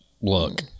look